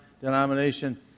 denomination